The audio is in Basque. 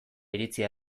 iritzia